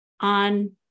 on